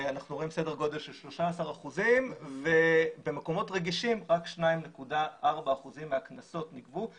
אנחנו רואים סדר גודל של 13% ובמקומות רגישים רק 2.4% מהקנסות נגבו.